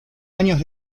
años